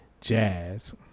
jazz